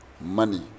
money